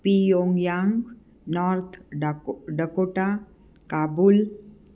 Pyongyang North डाको Dakota Kabul